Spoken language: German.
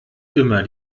immer